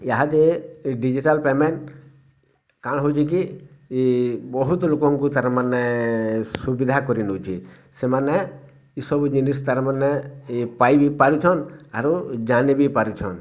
ଏହା ଦେ digital payment କାଣା ହୋଇଛି କି ବହୁତ ଲୋକଙ୍କୁ ତା'ର ମାନେ ସୁବିଧା କରି ନେଉଛି ସେମାନେ ଇସବୁ ଜିନିଷ ତା'ର ମାନେ ଇ ପାଇବି ପାରୁଛନ ଆରୁ ଜାଣି ବି ପାରୁଛନ